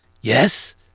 Yes